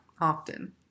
often